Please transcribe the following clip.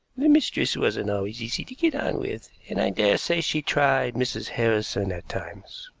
the mistress wasn't always easy to get on with, and i daresay she tried mrs. harrison at times.